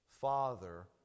Father